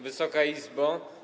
Wysoka Izbo!